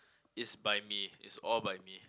is by me is all by me